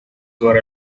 were